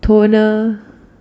toner